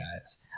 guys